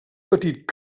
petit